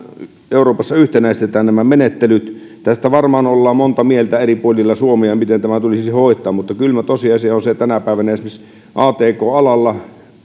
euroopassa yhtenäistetään nämä menettelyt tästä varmaan ollaan montaa mieltä eri puolilla suomea miten tämä tulisi hoitaa mutta kylmä tosiasia on tänä päivänä se että esimerkiksi atk alalla